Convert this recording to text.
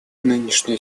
нынешняя